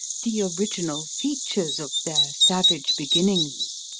the original features of their savage beginnings.